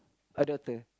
a daughter